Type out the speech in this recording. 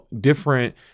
different